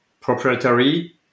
proprietary